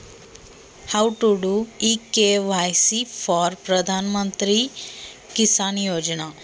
प्रधानमंत्री किसान योजनेसाठी इ के.वाय.सी कशी करायची?